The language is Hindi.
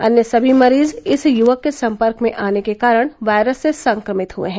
अन्य सभी मरीज इस युवक के संपर्क में आने के कारण वायरस से संक्रमित हुए हैं